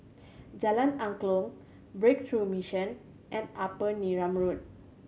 Jalan Angklong Breakthrough Mission and Upper Neram Road